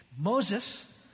Moses